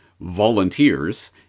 volunteers